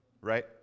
right